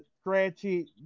scratchy